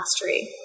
mastery